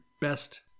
best